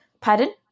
Pardon